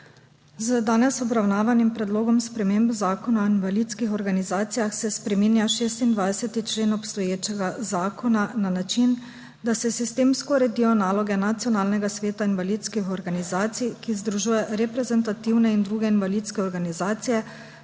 Z danes obravnavanim predlogom sprememb zakona o invalidskih organizacijah se spreminja 26. člen obstoječega zakona na način, da se sistemsko uredijo naloge Nacionalnega sveta invalidskih organizacij, ki združuje reprezentativne in druge invalidske organizacije,